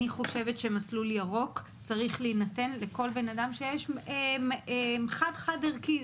אני חושבת שמסלול ירוק צריך להינתן לכל בן אדם שיש חד-חד ערכי,